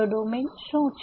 તો ડોમેન શું છે